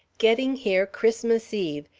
getting here christmas eve,